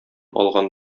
алган